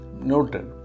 Noted